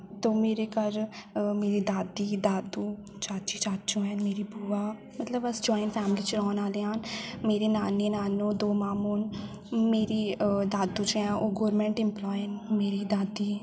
तो मेरे घर मेरी दादी दादू चाची चाचू ऐ मेरी बुआ मतलब अस जाइंट फैमिली च रौह्ने आह्ले आं मेरी नानी नानू दो मामू न मेरे दादू जेह्ड़े हैन गोरमेंट एम्प्लॉय न मेरी दादी